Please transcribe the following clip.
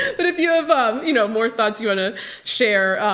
but if you have um you know more thoughts you want to share.